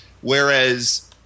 Whereas